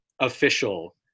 official